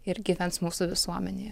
ir gyvens mūsų visuomenėje